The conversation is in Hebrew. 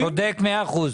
צודק מאה אחוז.